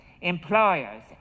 employers